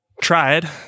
tried